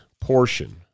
portion